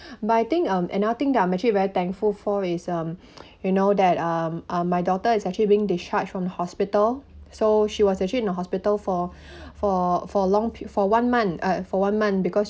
but I think um another thing that I'm actually very thankful for his um you know that um ah my daughter is actually being discharged from hospital so she was actually in the hospital for for for a long per~ for one month uh for one month because